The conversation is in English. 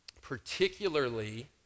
particularly